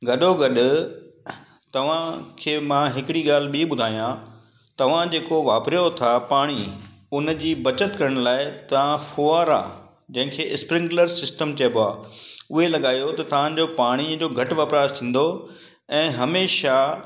गॾोगॾु तव्हांखे मां हिकिड़ी ॻाल्हि ॿीं ॿुधायां तव्हां जेको वापरियो था पाणी हुनजी बचति करण लाइ तव्हां फुआरा जंहिं खे स्प्रिंकलर्स सिस्टम चइबो आहे उहे लॻायो त तव्हांजो पाणीअ जो घटि वपराश थींदो ऐं हमेशह